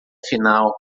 final